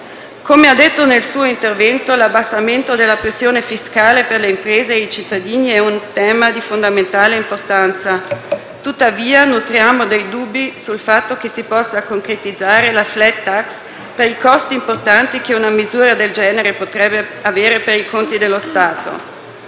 Come ha detto nel suo intervento, l'abbassamento della pressione fiscale per le imprese e i cittadini è un tema di fondamentale importanza. Tuttavia, nutriamo dei dubbi sul fatto che si possa concretizzare la *flat tax* per i costi importanti che una misura del genere potrebbe avere per i conti dello Stato.